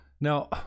Now